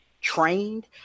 Trained